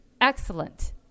excellent